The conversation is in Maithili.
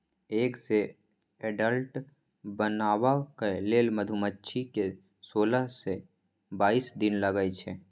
एग सँ एडल्ट बनबाक लेल मधुमाछी केँ सोलह सँ बाइस दिन लगै छै